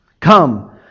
Come